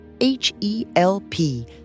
H-E-L-P